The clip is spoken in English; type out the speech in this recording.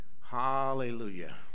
Hallelujah